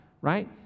right